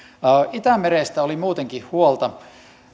itämerestä oli muutenkin huolta